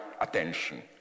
attention